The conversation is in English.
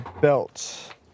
belt